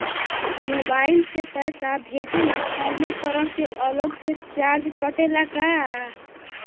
Mobile से पैसा भेजे मे कौनों तरह के अलग से चार्ज कटेला का?